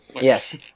Yes